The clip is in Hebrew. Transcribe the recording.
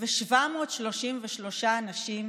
ו-332,733 אנשים